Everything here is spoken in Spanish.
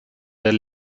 del